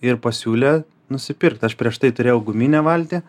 ir pasiūlė nusipirkt aš prieš tai turėjau guminę valtį